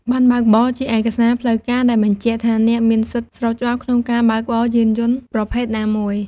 ប័ណ្ណបើកបរ ជាឯកសារផ្លូវការដែលបញ្ជាក់ថាអ្នកមានសិទ្ធិស្របច្បាប់ក្នុងការបើកបរយានយន្តប្រភេទណាមួយ។